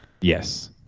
Yes